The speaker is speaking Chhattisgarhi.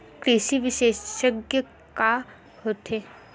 कृषि विशेषज्ञ का होथे?